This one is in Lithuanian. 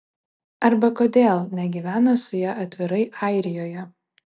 arba kodėl negyvena su ja atvirai airijoje